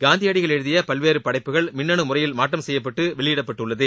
காந்தியடிகள் எழுதிய பல்வேறு படைப்புகள் மின்னனு முறையில் மாற்றம் செய்யப்பட்டு வெளியிடப்பட்டுள்ளது